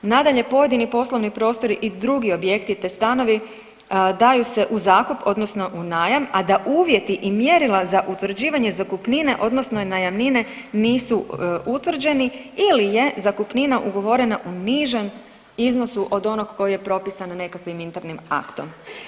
Nadalje, pojedini poslovni prostori i drugi objekti te stanovi daju se u zakup, odnosno u najam, a da uvjeti i mjerila za utvrđivanje zakupnine odnosno najamnine nisu utvrđeni ili je zakupnina ugovorena u nižem iznosu od onog koji je propisana nekakvim internim aktom.